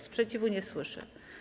Sprzeciwu nie słyszę.